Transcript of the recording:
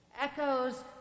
echoes